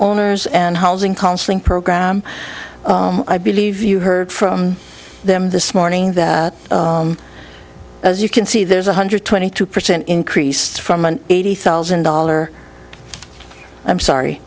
owners and housing counseling program i believe you heard from them this morning that as you can see there's one hundred twenty two percent increase from an eighty thousand dollar i'm sorry